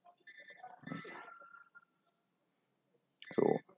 so